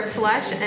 flesh